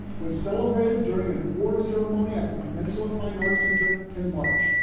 was celebrated during an awards ceremony at the peninsula fine arts center in march.